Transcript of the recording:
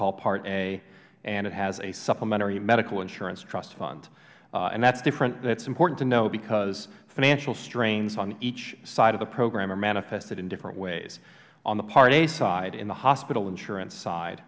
call part a and it has a supplementary medical insurance trust fund and that's different that's important to know because financial strains on each side of the program are manifested in different ways on the part a side in the hospital insurance side